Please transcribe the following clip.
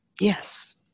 yes